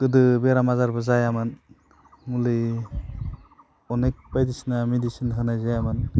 गोदो बेराम आजारबो जायामोन मुलि अनेख बायदिसिना मेडिचिन होनाय जायामोन